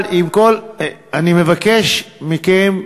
אני מבקש מכם,